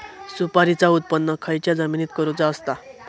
सुपारीचा उत्त्पन खयच्या जमिनीत करूचा असता?